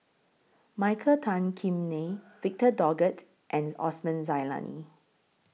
Michael Tan Kim Nei Victor Doggett and Osman Zailani